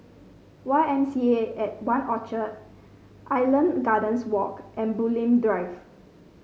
Y M C A At One Orchard Island Gardens Walk and Bulim Drive